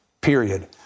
Period